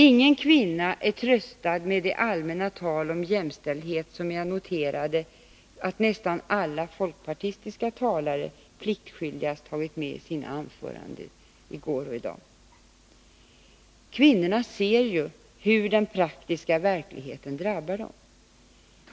Ingen kvinna är tröstad med det allmänna tal om jämställdhet som jag noterade att nästan alla folkpartistiska talare pliktskyldigast tagit med i sina anföranden i går och i dag. Kvinnorna ser ju hur den faktiska verkligheten drabbar dem.